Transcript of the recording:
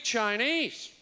Chinese